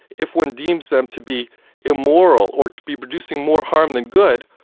if one deems them to be immoral, or to be producing more harm than good,